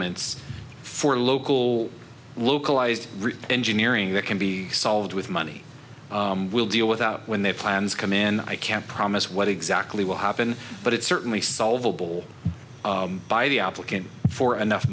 ents for local localized engineering that can be solved with money we'll deal with out when their plans come in i can't promise what exactly will happen but it's certainly solvable by the applicant for enough